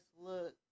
look